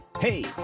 Hey